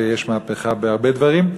ויש מהפכה בהרבה דברים.